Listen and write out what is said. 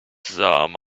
some